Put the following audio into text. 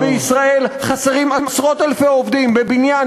שבישראל חסרים עשרות אלפי עובדים בבניין,